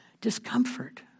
Discomfort